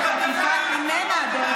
ניתן ללמוד מתהליך זה שחקיקה איננה הדרך